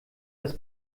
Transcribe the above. das